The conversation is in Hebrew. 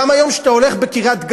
היום גם כשאתה הולך לקריית-גת,